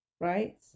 Right